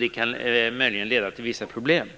Det kan möjligen leda till vissa problem.